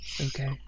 Okay